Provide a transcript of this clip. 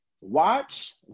Watch